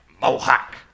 Mohawk